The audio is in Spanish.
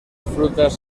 frutas